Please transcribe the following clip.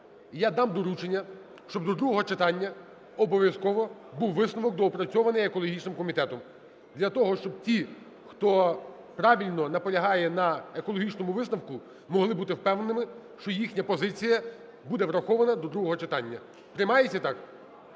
Я дам доручення, щоб до другого читання обов'язково був висновок доопрацьований екологічним комітетом. Для того, щоб ті, хто правильно наполягає на екологічному висновку, могли бути впевненими, що їхня позиція буде врахована до другого читання. Приймається, так?